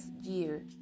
year